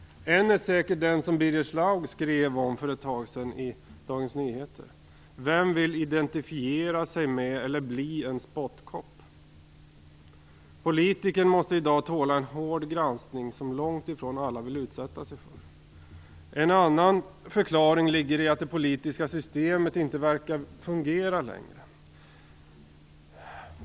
En är säkert den som Birger Schlaug skrev om för ett tag sedan i Dagens Nyheter. Vem vill identifiera sig med eller bli en spottkopp? Politikern måste i dag tåla en hård granskning som långt ifrån alla vill utsätta sig för. En annan förklaring ligger i att det politiska systemet inte verkar fungera längre.